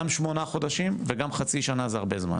גם שמונה חודשים וגם חצי שנה זה הרבה זמן.